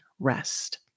rest